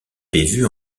bévue